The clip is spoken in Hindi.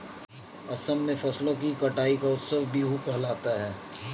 असम में फसलों की कटाई का उत्सव बीहू कहलाता है